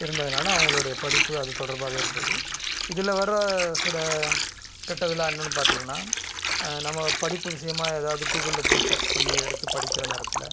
இருந்ததனால அவங்களுடைய படிப்பு அது தொடர்பாகவே இருந்தது இதில் வர சில கெட்டதெலாம் இன்னொன்று பார்த்திங்கன்னா நம்ம படிப்பு விஷயமாக எதாவது கூகுள்ல போய் சர்ச் பண்ணி எடுத்து படிக்கிற நேரத்தில்